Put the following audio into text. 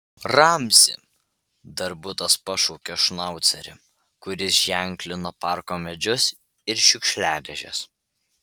ramzi darbutas pašaukė šnaucerį kuris ženklino parko medžius ir šiukšliadėžes